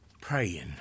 Praying